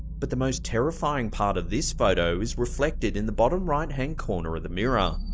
but the most terrifying part of this photo is reflected in the bottom right hand corner of the mirror.